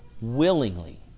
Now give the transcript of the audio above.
willingly